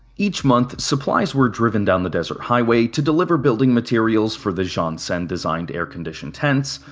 each month, supplies were driven down the desert highway to deliver building materials for the jansen designed air-conditioned tents,